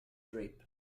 trip